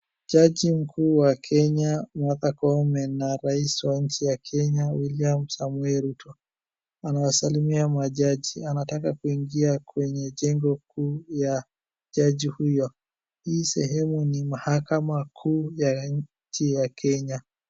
Jaji mkuu wa Kenya, Martha Koome na Rais wa nchi ya Kenya, William Samoei Ruto, anawasalimia majaji, anataka kuingia kwenye jengo kuu ya jaji huyo. Hii sehemu ni mahakama kuu ya nchi ya Kenya.